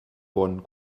bonn